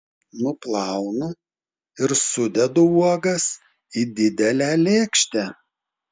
nuplaunu ir sudedu uogas į didelę lėkštę